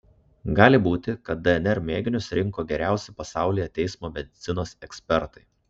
gali būti kad dnr mėginius rinko geriausi pasaulyje teismo medicinos ekspertai